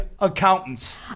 accountants